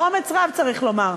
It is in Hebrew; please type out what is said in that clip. באומץ רב צריך לומר.